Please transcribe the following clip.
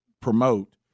promote